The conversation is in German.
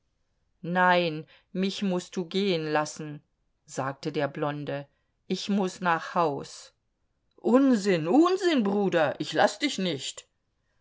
nein mich mußt du gehen lassen sagte der blonde ich muß nach haus unsinn unsinn bruder ich laß dich nicht